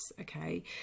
okay